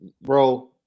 bro